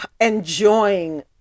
enjoying